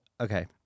Okay